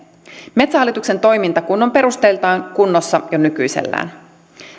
metsähallituksen toiminta kun on perusteiltaan kunnossa jo nykyisellään